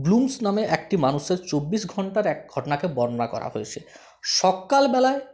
Bloom নামে এক মানুষের চব্বিশ ঘন্টার এক ঘটনাকে বর্ণনা করা হয়েছে সকালবেলায়